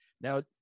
Now